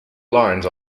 lines